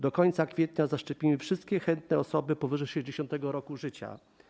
Do końca kwietnia zaszczepimy wszystkie chętne osoby powyżej 60. roku życia.